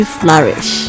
flourish